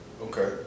Okay